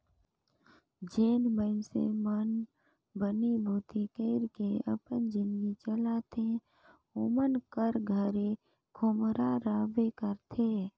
जेन मइनसे मन बनी भूती कइर के अपन जिनगी चलाथे ओमन कर घरे खोम्हरा रहबे करथे